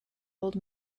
old